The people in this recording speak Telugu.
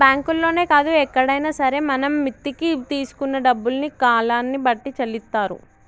బ్యాంకుల్లోనే కాదు ఎక్కడైనా సరే మనం మిత్తికి తీసుకున్న డబ్బుల్ని కాలాన్ని బట్టి చెల్లిత్తారు